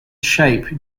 shape